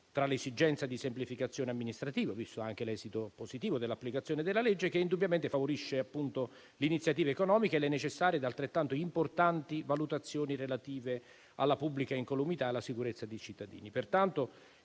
tra l'esigenza di semplificazione amministrativa - visto anche l'esito positivo dell'applicazione della legge, che indubbiamente favorisce le iniziative economiche - e le necessarie ed altrettanto importanti valutazioni relative alla pubblica incolumità e alla sicurezza dei cittadini.